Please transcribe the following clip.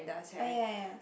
ah ya ya